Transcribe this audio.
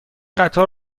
قطار